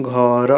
ଘର